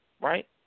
Right